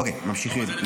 אוקיי, ממשיכים.